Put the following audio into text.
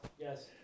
Yes